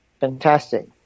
Fantastic